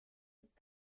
ist